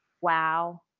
wow